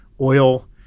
oil